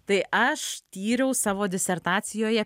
tai aš tyriau savo disertacijoje